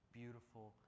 beautiful